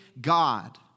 God